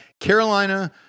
carolina